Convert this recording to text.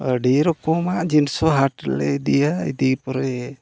ᱟᱹᱰᱤ ᱨᱚᱠᱚᱢᱟᱜ ᱡᱤᱱᱤᱥ ᱦᱚᱸ ᱦᱟᱴ ᱞᱮ ᱤᱫᱤᱭᱟ ᱤᱫᱤ ᱯᱚᱨᱮ